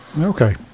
okay